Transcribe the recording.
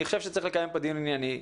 אני חושב שצריך לקיים פה דיון ענייני,